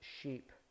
sheep